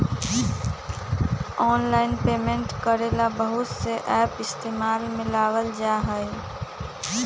online payment करे ला बहुत से एप इस्तेमाल में लावल जा हई